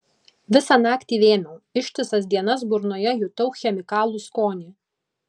visą naktį vėmiau ištisas dienas burnoje jutau chemikalų skonį